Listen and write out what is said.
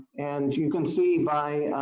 and you can see, by,